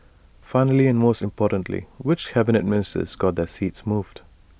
finally and most importantly which Cabinet Ministers got their seats moved